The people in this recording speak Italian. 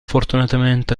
fortunatamente